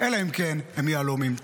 אלא אם כן הם יהלומים.